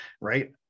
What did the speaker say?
right